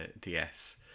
DS